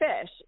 fish